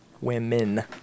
women